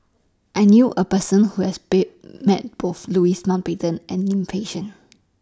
I knew A Person Who has bet Met Both Louis Mountbatten and Lim Fei Shen